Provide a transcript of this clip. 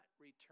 return